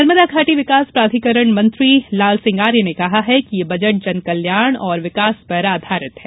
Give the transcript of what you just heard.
नर्मदा घाटी विकास प्राधिकरण मंत्री लाल सिंह आर्य ने कहा है कि ये बजट जनकल्याण और विकास पर आधारित है